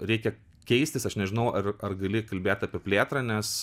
reikia keistis aš nežinau ar ar gali kalbėt apie plėtrą nes